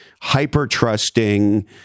hyper-trusting